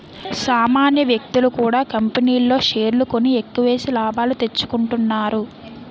సామాన్య వ్యక్తులు కూడా కంపెనీల్లో షేర్లు కొని ఎక్కువేసి లాభాలు తెచ్చుకుంటున్నారు